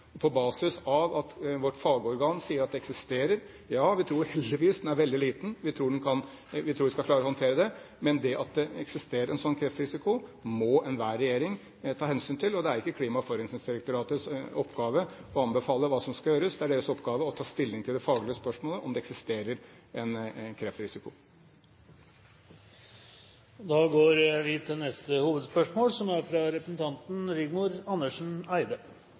På basis av at vårt fagorgan sier at det eksisterer en sånn kreftrisiko – ja, vi tror heldigvis den er veldig liten, vi tror at vi skal klare å håndtere det – så må enhver regjering ta hensyn til det. Det er ikke Klima- og forurensningsdirektoratets oppgave å anbefale hva som skal gjøres. Det er deres oppgave å ta stilling til det faglige spørsmålet – om det eksisterer en kreftrisiko. Da går vi til neste hovedspørsmål.